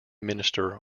minister